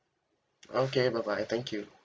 okay bye bye thank you